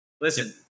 Listen